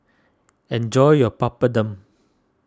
enjoy your Papadum